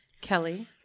Kelly